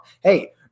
Hey